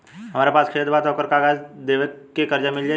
हमरा पास खेत बा त ओकर कागज दे के कर्जा मिल जाई?